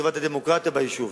לטובת הדמוקרטיה ביישוב.